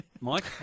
Mike